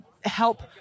help